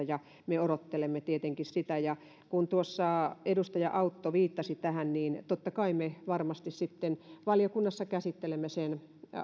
ja me odottelemme tietenkin sitä kun tuossa edustaja autto viittasi tähän niin totta kai me varmasti sitten valiokunnassa käsittelemme sen